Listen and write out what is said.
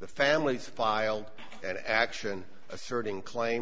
the family filed an action asserting claimed